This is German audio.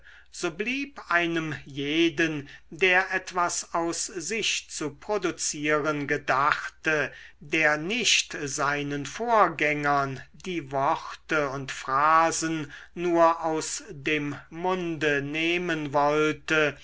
so blieb einem jeden der etwas aus sich zu produzieren gedachte der nicht seinen vorgängern die worte und phrasen nur aus dem munde nehmen wollte